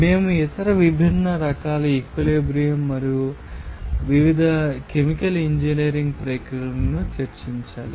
మేము ఇతర విభిన్న రకాల ఈక్విలిబ్రియం మరియు వివిధ కెమికల్ ఇంజనీరింగ్ ప్రక్రియలను చర్చించాలి